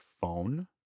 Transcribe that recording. phone